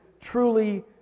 truly